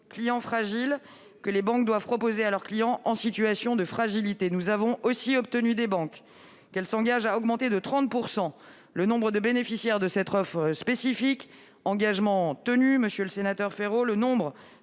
clientèle fragile, que les banques doivent proposer à leurs clients en situation de fragilité. Nous avons aussi obtenu des banques qu'elles s'engagent à accroître de 30 % le nombre de bénéficiaires de cette offre spécifique, et cet engagement est tenu : l'augmentation a même